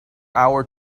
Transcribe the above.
hour